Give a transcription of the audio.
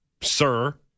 sir